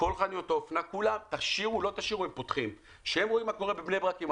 חנות הפלאפל כי הוא פתח ומכר מנת פלאפל והוציא אותה 20 מטר קדימה.